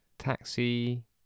Taxi